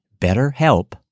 BetterHelp